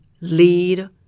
lead